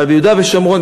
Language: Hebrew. אבל ביהודה ושומרון,